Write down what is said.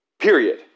period